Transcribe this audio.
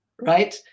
Right